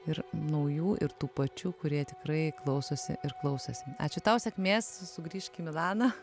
ir naujų ir tų pačių kurie tikrai klausosi ir klausosi ačiū tau sėkmės sugrįžk į milaną